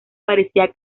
parecía